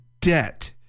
debt